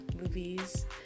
movies